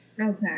Okay